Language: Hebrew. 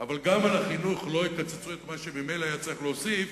אבל גם בחינוך לא יקצצו את מה שממילא היה צריך להוסיף.